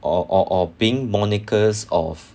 or or or being of